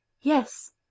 Yes